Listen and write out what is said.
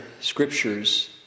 scriptures